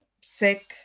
sick